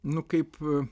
nu kaip